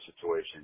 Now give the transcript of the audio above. situation